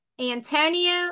Antonio